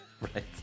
Right